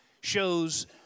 shows